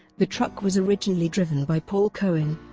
the truck was originally driven by paul cohen,